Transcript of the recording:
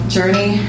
Journey